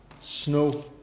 snow